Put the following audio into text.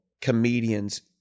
comedians